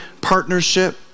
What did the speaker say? partnership